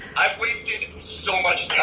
i've wasted so much time.